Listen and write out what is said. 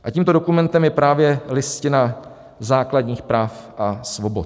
A tímto dokumentem je právě Listina základních práv a svobod.